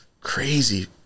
crazy